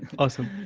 awesome,